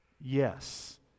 Yes